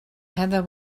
heather